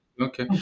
Okay